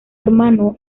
hermano